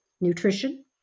nutrition